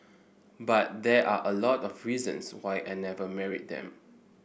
but there are a lot of reasons why I never married them